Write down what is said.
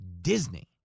Disney